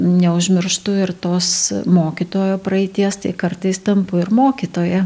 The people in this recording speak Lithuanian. neužmirštu ir tos mokytojo praeities tai kartais tampu ir mokytoja